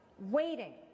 waiting